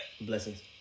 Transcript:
Blessings